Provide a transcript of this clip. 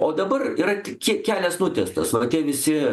o dabar yra tik k kelias nutiestas va tie visi